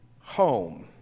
home